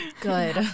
Good